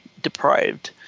deprived